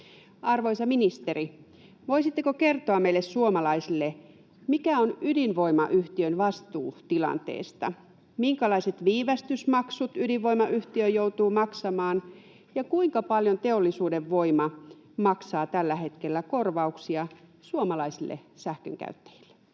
Arvoisa ministeri! Voisitteko kertoa meille suomalaisille, mikä on ydinvoimayhtiön vastuu tilanteesta? Minkälaiset viivästysmaksut ydinvoimayhtiö joutuu maksamaan, ja kuinka paljon Teollisuuden Voima maksaa tällä hetkellä korvauksia suomalaisille sähkönkäyttäjille?